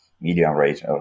medium-range